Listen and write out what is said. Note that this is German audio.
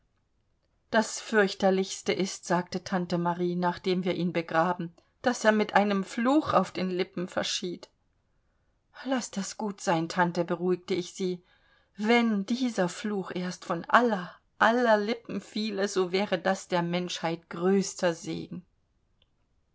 das fürchterlichste ist sagte tante marie nachdem wir ihn begraben daß er mit einem fluch auf den lippen verschied laß das gut sein tante beruhigte ich sie wenn dieser fluch erst von aller aller lippen fiele so wäre das der menschheit größter segen